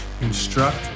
instruct